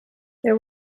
there